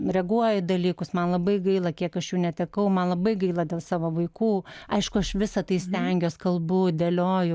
reaguoju į dalykus man labai gaila kiek aš jų netekau man labai gaila dėl savo vaikų aišku aš visa tai stengiuos kalbu dėlioju